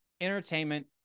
Entertainment